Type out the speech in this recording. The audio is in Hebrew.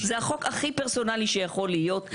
זה החוק הכי פרסונלי שיכול להיות.